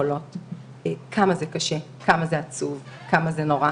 המזרחיות זה שהן הרבה יותר נדירות.